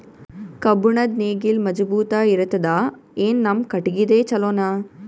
ಕಬ್ಬುಣದ್ ನೇಗಿಲ್ ಮಜಬೂತ ಇರತದಾ, ಏನ ನಮ್ಮ ಕಟಗಿದೇ ಚಲೋನಾ?